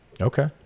Okay